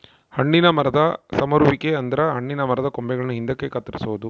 ಹಣ್ಣಿನ ಮರದ ಸಮರುವಿಕೆ ಅಂದರೆ ಹಣ್ಣಿನ ಮರದ ಕೊಂಬೆಗಳನ್ನು ಹಿಂದಕ್ಕೆ ಕತ್ತರಿಸೊದು